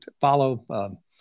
follow